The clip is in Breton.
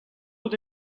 out